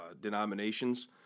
denominations